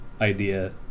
idea